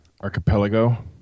Archipelago